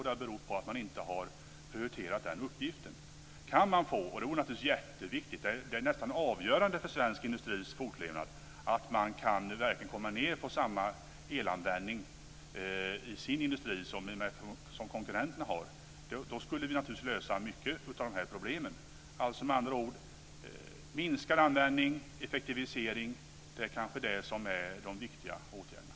Det beror också på att vi inte har prioriterat den uppgiften. Det är nästan avgörande för svensk industris fortlevnad att man kommer ned på samma elanvändning som konkurrenterna har. Då skulle vi naturligtvis lösa många av de här problemen. Effektivisering och minskad användning är med andra ord kanske de viktiga åtgärderna.